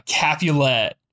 Capulet